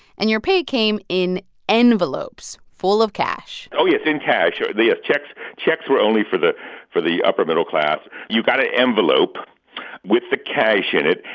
and your pay came in envelopes full of cash oh, yes, in cash. the ah checks checks were only for the for the upper middle class. you got an envelope with the cash in it.